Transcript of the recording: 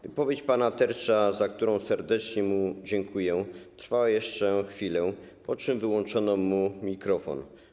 Wypowiedź pana Tertscha, za którą serdecznie mu dziękuję, trwała jeszcze chwilę, po czym wyłączono mu mikrofon.